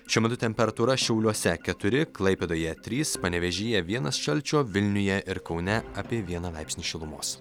šiuo metu temperatūra šiauliuose keturi klaipėdoje trys panevėžyje vienas šalčio vilniuje ir kaune apie vieną laipsnį šilumos